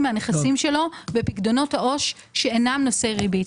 מהנכסים שלו בפיקדונות העו"ש שאינם נושאי ריבית.